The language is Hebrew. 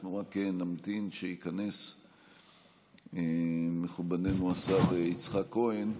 אנחנו רק נמתין שייכנס מכובדנו השר יצחק כהן,